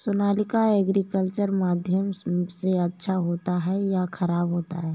Sonalika agriculture माध्यम से अच्छा होता है या ख़राब होता है?